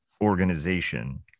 organization